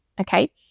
Okay